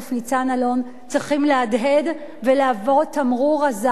אלון צריכים להדהד ולהוות תמרור אזהרה.